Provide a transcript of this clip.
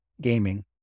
Gaming